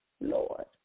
Lord